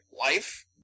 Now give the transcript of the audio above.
life